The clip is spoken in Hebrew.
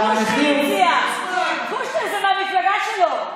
קושניר הציע, זה מהמפלגה שלו.